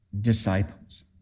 disciples